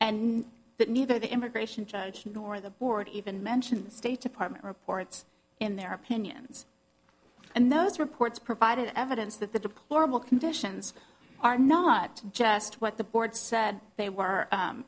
and that neither the immigration nor the board even mentioned the state department reports in their opinions and those reports provided evidence that the deplorable conditions are not just what the board said they were